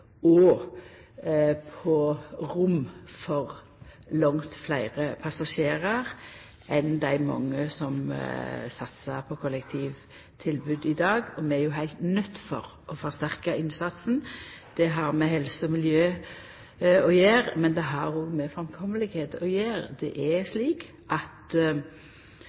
og på rom for langt fleire passasjerar enn dei mange som satsar på kollektivtilbod i dag. Vi er heilt nøydde til å forsterka innsatsen. Det har med helse og miljø å gjera, men det har òg med framkomst å gjera. Det er slik at